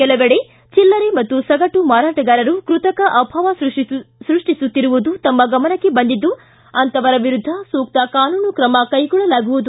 ಕೆಲವೆಡೆ ಚಿಲ್ಲರೇ ಮತ್ತು ಸಗಟು ಮಾರಾಟಗಾರರು ಕೃತಕ ಅಭಾವ ಸೃಷ್ಟಿಸುತ್ತಿರುವುದು ತಮ್ಮ ಗಮನಕ್ಕೆ ಬಂದಿದ್ದು ಅಂತಪವರ ವಿರುದ್ದ ಸೂಕ್ತ ಕಾನೂನು ಕ್ರಮ ಕೈಗೊಳ್ಳಲಾಗುವುದು